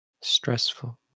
stressful